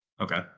Okay